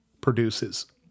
produces